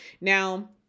Now